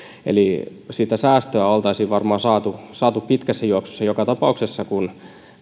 eli sitä säästöä oltaisiin varmaan saatu saatu pitkässä juoksussa joka tapauksessa kun